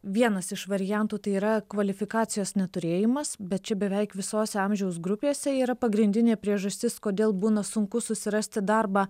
vienas iš variantų tai yra kvalifikacijos neturėjimas bet čia beveik visose amžiaus grupėse yra pagrindinė priežastis kodėl būna sunku susirasti darbą